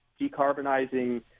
decarbonizing